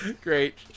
Great